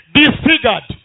disfigured